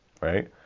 right